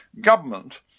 government